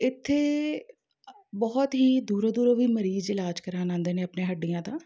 ਇੱਥੇ ਬਹੁਤ ਹੀ ਦੂਰੋਂ ਦੂਰੋਂ ਵੀ ਮਰੀਜ਼ ਇਲਾਜ ਕਰਾਉਣ ਆਉਂਦੇ ਨੇ ਆਪਣੇ ਹੱਡੀਆਂ ਦਾ